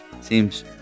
seems